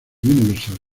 universal